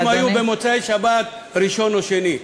שהמשחקים היו במוצאי-שבת, ראשון או שני.